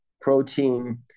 protein